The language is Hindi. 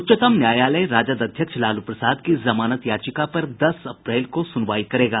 उच्चतम न्यायालय राजद अध्यक्ष लालू प्रसाद की जमानत याचिका पर दस अप्रैल को सुनवाई करेगा